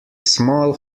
small